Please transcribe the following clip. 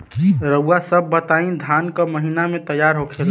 रउआ सभ बताई धान क महीना में तैयार होखेला?